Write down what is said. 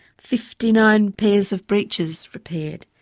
fifty nine pairs of breaches repaired.